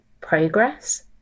progress